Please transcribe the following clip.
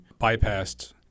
bypassed